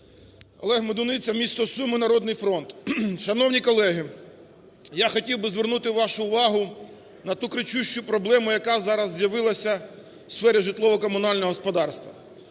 Олег Медуниця, місто Суми, "Народний фронт". Шановні колеги, я хотів би звернути вашу увагу на ту кричущу проблему, яка зараз з'явилася у сфері житлово-комунального господарства,